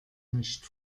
nicht